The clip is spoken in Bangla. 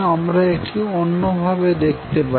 আমরা এটি অন্যভাবে দেখতে পারি